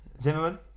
Zimmerman